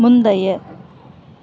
முந்தைய